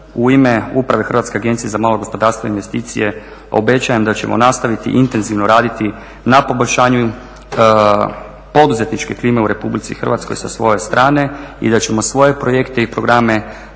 U ime uprave Hrvatske agencije za malo gospodarstvo i investicije obećajem da ćemo nastaviti intenzivno raditi na poboljšanju poduzetničke klime u Republici Hrvatskoj sa svoje strane i da ćemo svoje projekte i programe